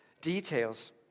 details